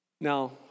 Now